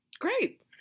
Great